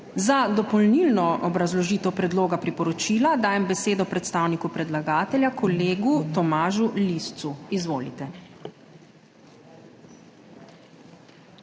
Za dopolnilno obrazložitev predloga priporočila dajem besedo predstavniku predlagatelja, kolegu Tomažu Liscu. Izvolite.